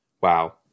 Wow